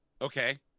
Okay